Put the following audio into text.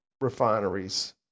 refineries